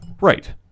Right